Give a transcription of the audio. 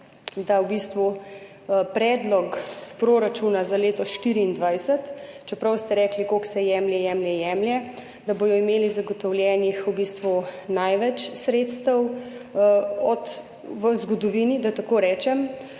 v predlogu proračuna za leto 2024, čeprav ste rekli, koliko se jemlje, jemlje, jemlje, da bodo imeli zagotovljenih v bistvu največ sredstev v zgodovini, da tako rečem.